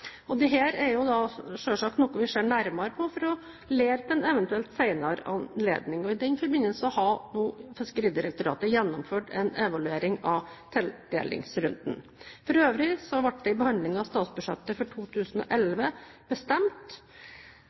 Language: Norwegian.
er selvsagt noe vi ser nærmere på for å lære til en eventuell senere anledning, og i den forbindelse har nå Fiskeridirektoratet gjennomført en evaluering av tildelingsrunden. For øvrig ble det ved behandlingen av statsbudsjettet for 2011 bestemt